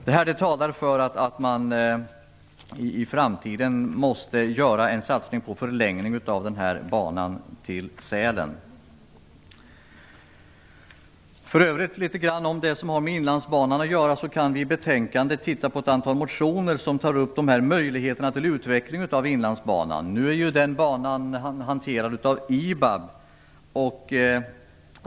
Detta talar för att man i framtiden måste göra en satsning på en förlängning av den här banan till Sälen. Låt mig för övrigt säga något om Inlandsbanan. I betänkandet finns det ett antal motioner som tar upp möjligheterna till utveckling av Inlandsbanan. Den banan är ju nu hanterad av IBAB.